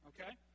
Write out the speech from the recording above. okay